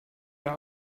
der